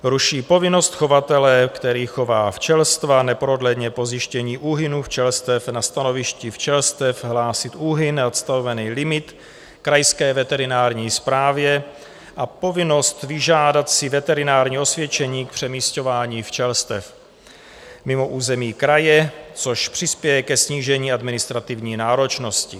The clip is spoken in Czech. Dále ruší povinnost chovatele, který chová včelstva, neprodleně po zjištění úhynu včelstev na stanovišti včelstev hlásit úhyn nad stanovený limit krajské veterinární správě a povinnost vyžádat si veterinární osvědčení k přemisťování včelstev mimo území kraje, což přispěje ke snížení administrativní náročnosti.